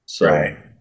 Right